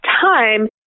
time